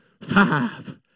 five